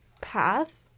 path